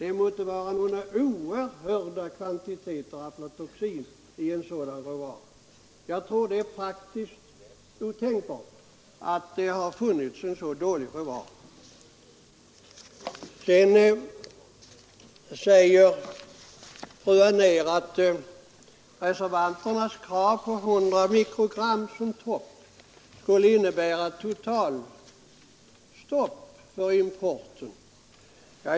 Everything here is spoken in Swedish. Det måtte vara oerhörda kvantiteter aflatoxin i en sådan råvara. Jag tror att det är otänkbart att det varit en så dålig vara. Sedan säger fru Anér att reservanternas krav på en högsta tillåtna halt av aflatoxin på 100 mikrogram per kg skulle innebära ett totalstopp av importen.